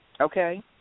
okay